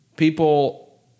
People